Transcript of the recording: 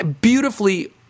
Beautifully